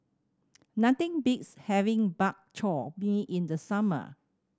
nothing beats having Bak Chor Mee in the summer